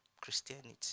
christianity